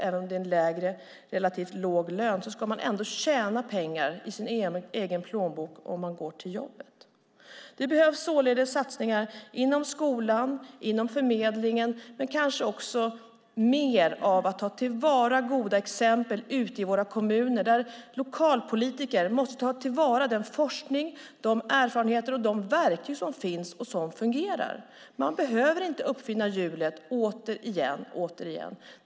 Även om det är en relativt låg lön ska man ändå tjäna pengar till sin egen plånbok om man går till jobbet. Det behövs således satsningar inom skolan och inom förmedlingen, men kanske också mer av att man tar till vara goda exempel ute i våra kommuner, där lokalpolitiker måste ta till vara den forskning, de erfarenheter och de verktyg som finns och som fungerar. Man behöver inte uppfinna hjulet återigen.